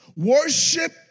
Worship